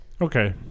Okay